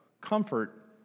comfort